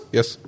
Yes